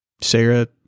Sarah